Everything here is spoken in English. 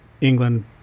England